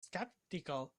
skeptical